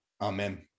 amen